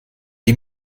die